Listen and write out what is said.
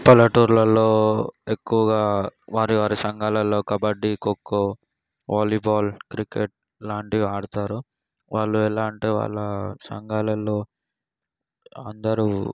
పల్లెటూర్లలో ఎక్కువుగా వారి వారి సంఘాలల్లో కబడ్డీ ఖోఖో వాలీబాల్ క్రికెట్ లాంటివి ఆడతారు వాళ్ళు ఎలా అంటే వాళ్ళ సంఘాలల్లో అందరూ